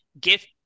gift